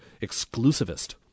exclusivist